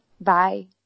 bye